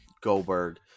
Goldberg